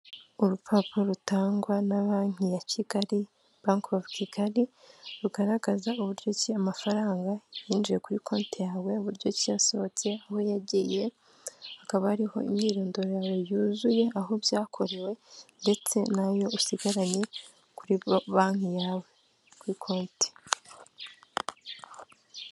Urupapuro rutangwa na banki ya Kigali banke ofu Kigali, rugaragaza uburyo ki amafaranga yinjiye kuri konti yawe, uburyo ki yasohotse, aho yagiye akaba ariho imyirondoro yawe yuzuye, aho byakorewe ndetse nayo usigaranye kuri banki yawe kuri konti.